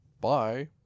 Bye